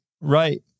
right